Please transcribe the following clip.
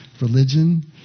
religion